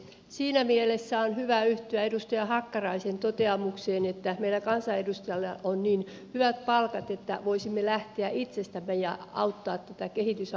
siinä mielessä on hyvä yhtyä edustaja hakkaraisen toteamukseen että meillä kansanedustajilla on niin hyvät palkat että voisimme lähteä itsestämme ja auttaa tätä kehitysaputyötä